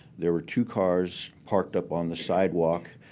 there were two cars parked up on the sidewalk.